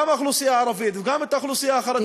גם את האוכלוסייה הערבית וגם את האוכלוסייה החרדית,